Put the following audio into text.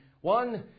One